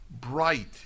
bright